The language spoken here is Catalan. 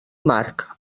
marc